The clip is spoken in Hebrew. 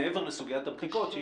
מעבר לסוגיית הבדיקות?